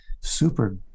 super